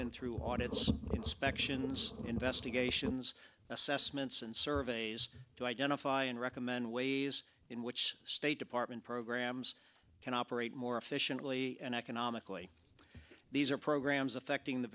been through a lot of inspections investigations assessments and surveys to identify and recommend ways in which state department programs can operate more efficiently and economically these are programs affecting the